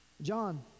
john